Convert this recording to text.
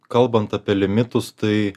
kalbant apie limitus tai